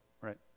right